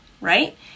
right